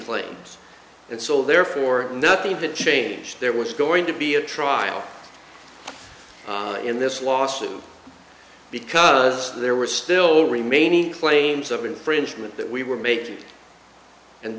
claims and so therefore nothing to change there was going to be a trial in this lawsuit because there were still remaining claims of infringement that we were making and